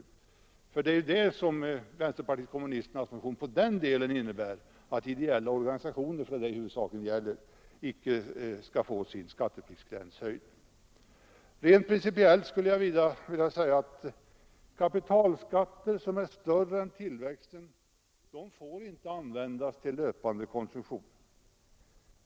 Det är ju huvudsakligen det som vänsterpartiet kommunisternas motion i den delen innebär: ideella organisationer skall icke få skattepliktsgränsen höjd. Rent principiellt skulle jag vidare vilja säga, att kapitalskatter som är större än tillväxten inte får användas till löpande konsumtion.